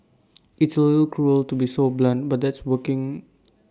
it's A little cruel to be so blunt but that's working